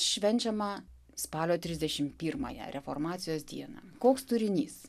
švenčiama spalio trisdešimt pirmąją reformacijos dieną koks turinys